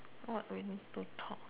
what we need to talk